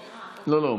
לא, לא.